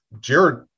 Jared